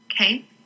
Okay